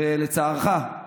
לצערך,